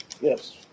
yes